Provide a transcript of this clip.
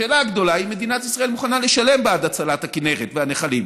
השאלה הגדולה היא אם מדינת ישראל מוכנה לשלם בעד הצלת הכינרת והנחלים,